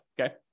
okay